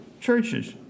churches